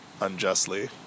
unjustly